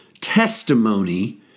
Testimony